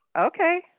Okay